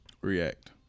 React